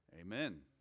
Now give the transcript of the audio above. Amen